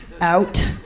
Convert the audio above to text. out